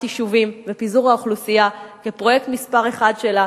יישובים ופיזור האוכלוסייה כפרויקט מספר אחת שלה,